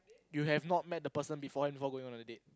you have not met the person before before going on the date